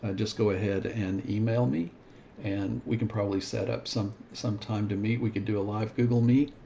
ah just go ahead and email me and we can probably set up some, some time to meet. we could do a live google meet.